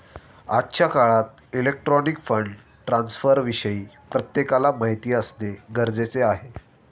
आजच्या काळात electronic fund ट्रान्स्फरविषयी प्रत्येकाला माहिती असणे गरजेचे आहे